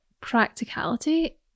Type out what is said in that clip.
practicality